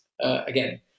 again